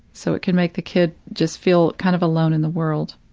so it can make the kid just feel kind of alone in the world.